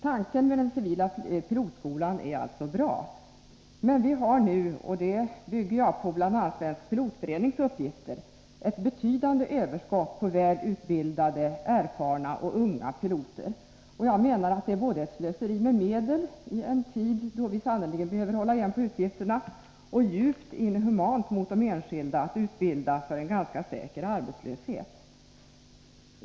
Tanken med den civila pilotskolan är alltså bra. Vi har nu, enligt uppgifter från Svensk pilotförening, ett betydande överskott på väl utbildade, erfarna — och unga piloter. Jag menar att det är både ett slöseri med medel, i en tid då vi sannerligen behöver hålla tillbaka utgifterna, och ett djupt inhumant tillvägagångssätt mot de enskilda att utbilda för en ganska säker arbetslöshet.